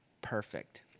perfect